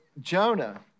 Jonah